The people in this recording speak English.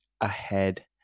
ahead